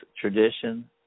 tradition